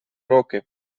роки